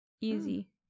Easy